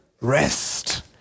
rest